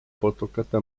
putukate